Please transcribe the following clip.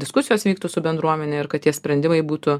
diskusijos vyktų su bendruomene ir kad tie sprendimai būtų